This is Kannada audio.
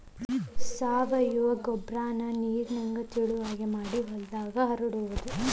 ಸಾವಯುವ ಗೊಬ್ಬರಾನ ನೇರಿನಂಗ ತಿಳುವಗೆ ಮಾಡಿ ಹೊಲದಾಗ ಹರಡುದು